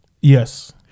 Yes